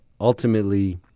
ultimately